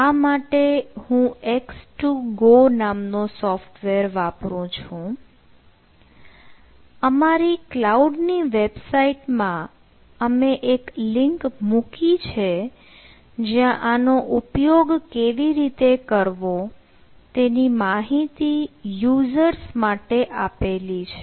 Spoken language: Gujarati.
આ માટે હું x2go નામનો સોફ્ટવેર વાપરું છું અમારી કલાઉડ ની વેબસાઈટ માં અમે એક લિંક મૂકી છે જ્યાં આનો ઉપયોગ કેવી રીતે કરવો તેની માહિતી યુઝર્સ માટે આપેલી છે